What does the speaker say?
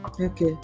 Okay